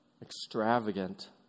extravagant